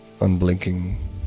unblinking